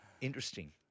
Interesting